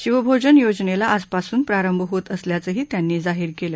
शिवभोजन योजनेला आजपासून प्रारंभ होत असल्याचंही त्यांनी जाहीर केलं